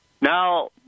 Now